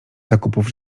zakupów